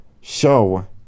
show